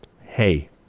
Hey